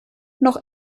noch